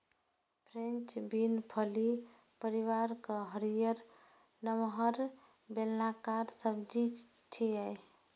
French bean फली परिवारक हरियर, नमहर, बेलनाकार सब्जी छियै